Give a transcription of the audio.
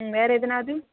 ம் வேறு எதுனாவது